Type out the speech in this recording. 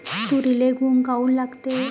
तुरीले घुंग काऊन लागते?